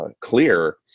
clear